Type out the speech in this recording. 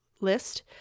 list